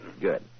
Good